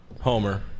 homer